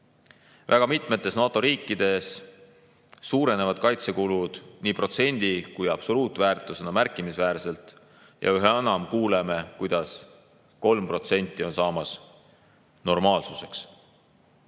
Väga mitmes NATO riigis suurenevad kaitsekulud nii protsendi kui ka absoluutväärtusena märkimisväärselt ja üha enam kuuleme, kuidas 3% on saamas normaalsuseks.